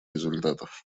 результатов